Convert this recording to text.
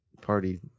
party